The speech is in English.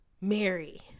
Mary